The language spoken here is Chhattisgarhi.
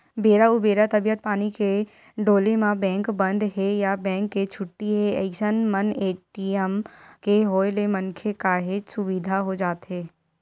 बेरा उबेरा तबीयत पानी के डोले म बेंक बंद हे या बेंक के छुट्टी हे अइसन मन ए.टी.एम के होय ले मनखे काहेच सुबिधा हो जाथे